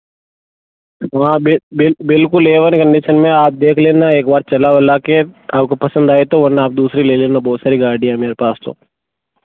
हाँ बिल बिल बिल्कुल ए वन कंडीशन में है आप देख लेना एक बार चला वला कर आपको पसंद आए तो वरना आप दूसरी ले लेना बहुत सारी गाड़ियाँ हैं मेरे पास तो